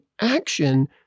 action